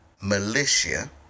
militia